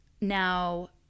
Now